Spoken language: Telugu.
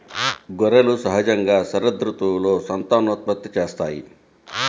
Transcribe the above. గొర్రెలు సహజంగా శరదృతువులో సంతానోత్పత్తి చేస్తాయి